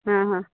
हा हा